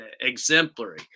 exemplary